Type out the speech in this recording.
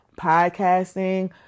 podcasting